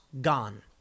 gone